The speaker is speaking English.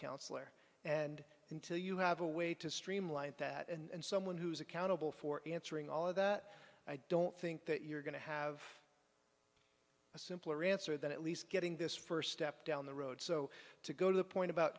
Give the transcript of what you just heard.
counselor and until you have a way to streamline that and someone who's accountable for answering all of that i don't think that you're going to have a simpler answer than at least getting this first step down the road so to go to the point about